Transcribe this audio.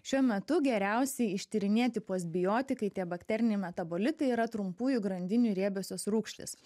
šiuo metu geriausiai ištyrinėti postbiotikai tie bakteriniai metabolitai yra trumpųjų grandinių riebiosios rūgštys